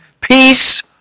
Peace